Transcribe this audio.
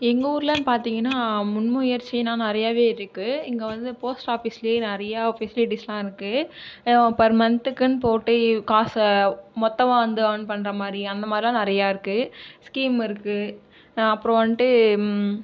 எங்க ஊரில்னு பார்த்திங்கன்னா முன் முயற்சினா நிறையவே இருக்கு இங்கே வந்து போஸ்ட் ஆஃபீஸ்லேயே நிறைய ஃபெசிலிட்டிஸ்லாம் இருக்கு பர் மந்த்க்குனு போட்டு எவ் காசை மொத்தமாக வந்து ஏர்ன் பண்றமாதிரி அந்தமாதிரிலாம் நிறையா இருக்கு ஸ்கீம் இருக்கு அப்புறம் வன்ட்டு